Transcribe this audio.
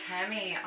Tammy